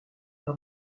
par